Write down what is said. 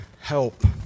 help